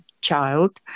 child